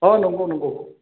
अ नंगौ नंगौ